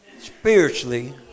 Spiritually